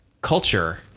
culture